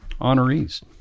honorees